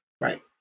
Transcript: Right